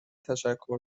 تشکر